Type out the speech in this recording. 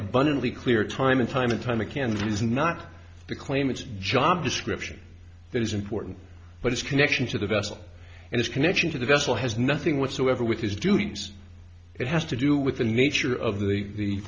abundantly clear time and time and time again does not claim its job description that is important but its connection to the vessel and its connection to the vessel has nothing whatsoever with his duties it has to do with the nature of the